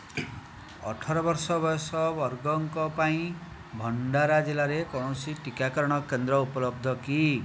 ଅଠର ବର୍ଷ ବୟସ ବର୍ଗଙ୍କ ପାଇଁ ଭଣ୍ଡାରା ଜିଲ୍ଲାରେ କୌଣସି ଟିକାକରଣ କେନ୍ଦ୍ର ଉପଲବ୍ଧ କି